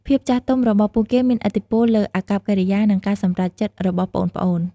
ភាពចាស់ទុំរបស់ពួកគេមានឥទ្ធិពលលើអាកប្បកិរិយា និងការសម្រេចចិត្តរបស់ប្អូនៗ។